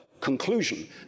conclusion